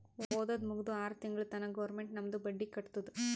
ಓದದ್ ಮುಗ್ದು ಆರ್ ತಿಂಗುಳ ತನಾ ಗೌರ್ಮೆಂಟ್ ನಮ್ದು ಬಡ್ಡಿ ಕಟ್ಟತ್ತುದ್